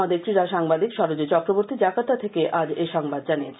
আমাদের ক্রীডা সাংবাদিক সরযু চক্রবর্তী আকার্তা থেকে আজ এ সংবাদ জানিয়েছেন